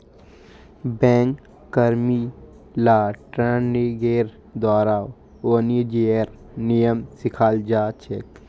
bank कर्मि ला ट्रेनिंगेर दौरान वाणिज्येर नियम सिखाल जा छेक